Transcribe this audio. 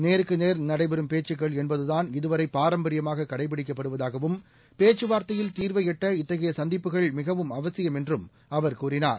நேருக்குநேர் நடைபெறும் பேச்சுக்கள் என்பதுதான் இதுவரைபாரம்பரியமாககடைபிடிக்கப்படுவதாகவும் பேச்சுவார்த்தையில் தீர்வைஎட்ட இத்தகையசந்திப்புகள் மிகவும் அசியம் என்றும் அவர் கூறினார்